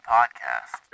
Podcast